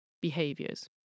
behaviors